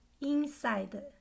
inside